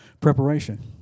preparation